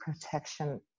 Protection